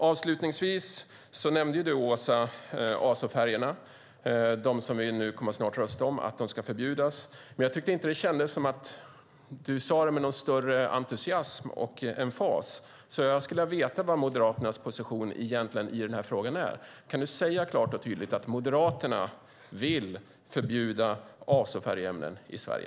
Avslutningsvis nämnde du, Åsa, azofärgerna. Vi kommer snart att rösta om att de ska förbjudas. Jag tyckte dock inte att det kändes som att du sade det med någon större entusiasm och emfas. Jag skulle därför vilja veta vad Moderaternas position i denna fråga egentligen är. Kan du klart och tydligt säga att Moderaterna vill förbjuda azofärgämnen i Sverige?